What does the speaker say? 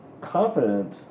confident